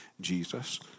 Jesus